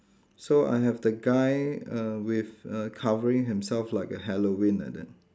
so I have the guy err with err covering himself like a Halloween like that